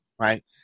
right